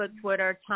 Twitter